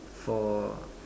for